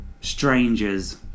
strangers